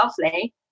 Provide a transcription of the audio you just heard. lovely